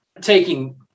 Taking